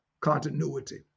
continuity